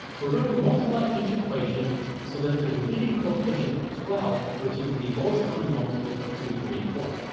we're going to multiply each equation so that there's a leading coefficient of twelve, which is the lowest common multiple of two, three and four,